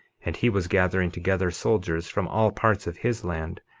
and he was gathering together soldiers from all parts of his land,